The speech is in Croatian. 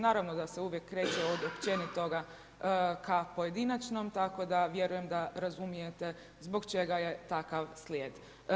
Naravno da se uvijek kreće od općenitoga ka pojedinačnom tako da vjerujem da razumijete zbog čega je takav slijed.